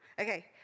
Okay